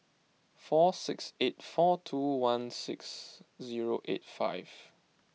four six eight four two one six zero eight five